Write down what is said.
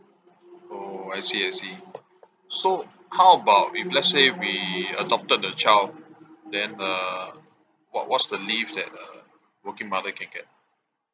oh I see I see so how about if let's say we adopted the child then uh what what's the leave that a working mother can get